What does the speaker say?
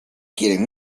quieren